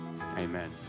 Amen